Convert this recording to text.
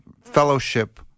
fellowship